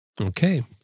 Okay